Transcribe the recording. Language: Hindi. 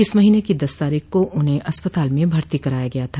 इस महीने की दस तारीख को उन्हें अस्पताल म भर्ती कराया गया था